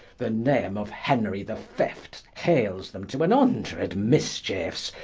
the name of henry the fift, hales them to an hundred mischiefes,